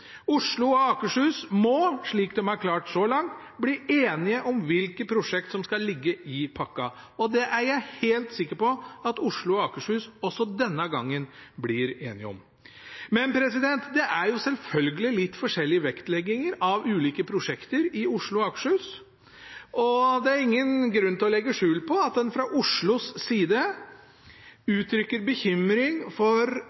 Oslo og Akershus må, slik de har klart så langt, bli enige om hvilke prosjekt som skal ligge i pakka. Det er jeg helt sikker på at Oslo og Akershus også denne gangen blir enige om. Det er selvfølgelig litt forskjellige vektlegginger av ulike prosjekter i Oslo og Akershus, og det er ingen grunn til å legge skjul på at en fra Oslos side uttrykker bekymring for